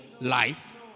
life